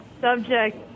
subject